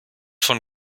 von